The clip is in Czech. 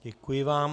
Děkuji vám.